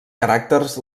caràcters